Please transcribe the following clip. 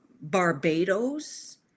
Barbados